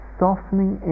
softening